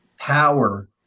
power